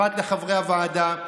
במיוחד לחברי הוועדה.